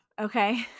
Okay